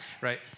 right